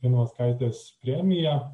ivanauskaitės premija